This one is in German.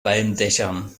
walmdächern